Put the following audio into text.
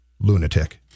lunatic